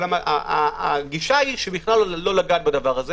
אבל הגישה היא בכלל לא לגעת בזה,